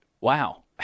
wow